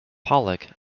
pollack